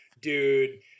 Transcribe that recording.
dude